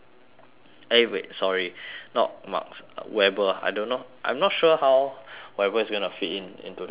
eh wait sorry not marx weber I don't know I'm not sure how weber is gonna fit in into the paper